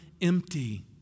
empty